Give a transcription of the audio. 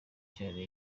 cyane